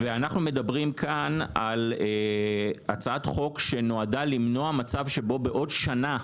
אנחנו מדברים כאן על הצעת חוק שנועדה למנוע מצב שבו בעוד שנה,